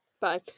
bye